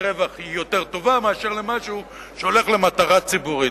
רווח הוא יותר מאשר מה שהולך למטרה ציבורית.